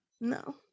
No